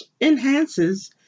enhances